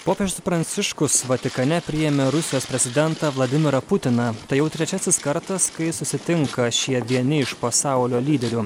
popiežius pranciškus vatikane priėmė rusijos prezidentą vladimirą putiną tai jau trečiasis kartas kai susitinka šie vieni iš pasaulio lyderių